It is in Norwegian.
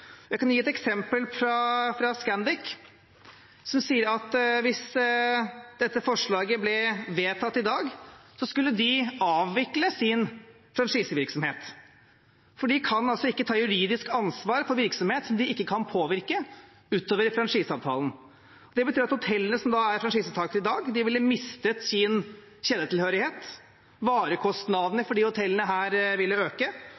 Jeg kan gi et eksempel fra Scandic. De sier at hvis dette forslaget blir vedtatt i dag, må de avvikle sin franchisevirksomhet, for de kan ikke ta juridisk ansvar for en virksomhet de ikke kan påvirke utover franchiseavtalen. Det betyr at hotellene som er franchisetakere i dag, vil miste sin kjedetilhørighet. Varekostnadene for disse hotellene vil øke,